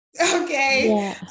Okay